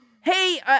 Hey